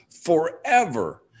forever